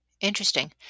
Interesting